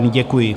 Děkuji.